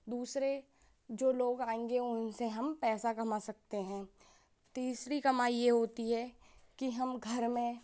दूसरे जो लोग आएँगे उनसे हम पैसा कमा सकते हैं तीसरी कमाई यह होती है कि हम घर में